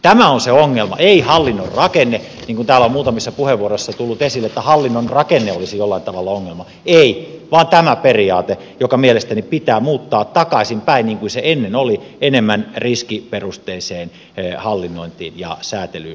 tämä on se ongelma ei hallinnon rakenne toisin kuin täällä on muutamissa puheenvuoroissa tullut esille että hallinnon rakenne olisi jollain tavalla ongelma ei vaan tämä periaate joka mielestäni pitää muuttaa takaisinpäin niin kuin se ennen oli enemmän riskiperusteiseen hallinnointiin ja säätelyyn perustuvaksi